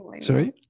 sorry